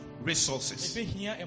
resources